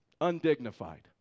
undignified